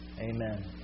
Amen